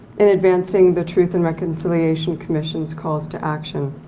in advancing the truth and reconciliations commissions calls to action.